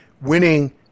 winning